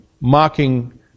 mocking